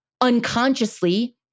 unconsciously